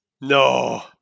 No